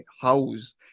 house